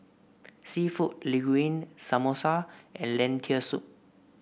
seafood Linguine Samosa and Lentil Soup